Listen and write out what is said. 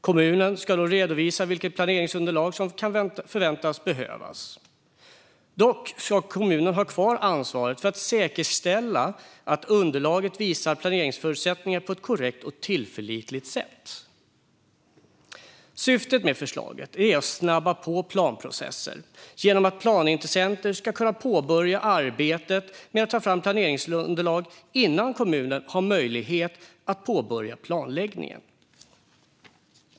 Kommunen ska då redovisa vilket planeringsunderlag som kan förväntas behövas. Kommunen ska dock ha kvar ansvaret för att säkerställa att underlaget visar planeringsförutsättningar på ett korrekt och tillförlitligt sätt. Syftet med förslaget är att snabba på planprocesser genom att planintressenter ska kunna påbörja arbetet med att ta fram planeringsunderlag innan kommunen har möjlighet att påbörja planläggningen.